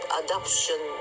adoption